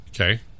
Okay